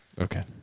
Okay